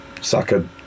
sucker